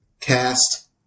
cast